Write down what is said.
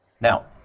Now